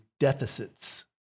deficits